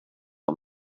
het